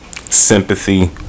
sympathy